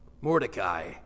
Mordecai